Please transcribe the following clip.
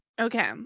Okay